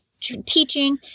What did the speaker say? teaching